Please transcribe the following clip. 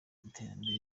iterambere